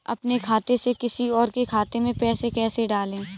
अपने खाते से किसी और के खाते में पैसे कैसे डालें?